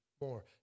more